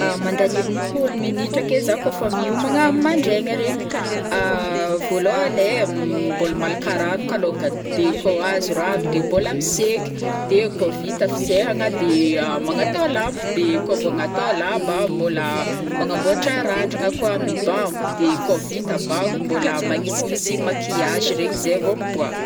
Mandany enim-pôlo minitra akeo zah kaofa mihomagna am' mandraingny regny, voalohany ai mbola malaka rano kalôngany, de kao azo rano de mbola miseky, de kao vita fisehagna de magnatao lamba, de kao voagnatao lamba mbola magnamboatra randragna koa, mibango, de kao vita bango mbola magnisignisy maquillage regny izay vao miboaka.